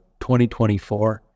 2024